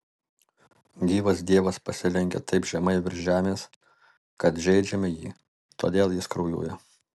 gyvas dievas pasilenkia taip žemai virš žemės kad žeidžiame jį todėl jis kraujuoja